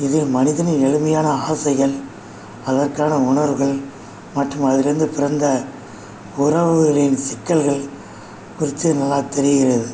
இதில் மனிதனின் எளிமையான ஆசைகள் அதற்கான உணர்வுகள் மற்றும் அதிலிருந்து பிறந்த உறவுகளின் சிக்கல்கள் குறித்து நல்லா தெரிகிறது